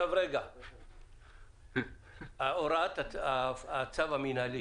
הוראת הצו המינהלי,